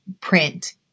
print